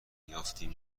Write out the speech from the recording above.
یافتیم